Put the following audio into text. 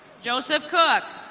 joseph cook.